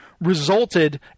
resulted